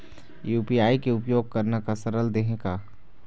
UPI के उपयोग करना का सरल देहें का?